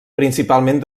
principalment